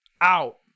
out